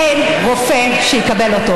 אין רופא שיקבל אותו.